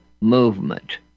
movement